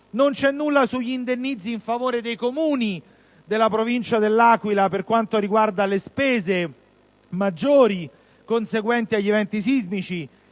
Non c'è nulla sugli indennizzi in favore dei Comuni della Provincia dell'Aquila per quanto riguarda le spese maggiori conseguenti agli eventi sismici